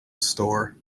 store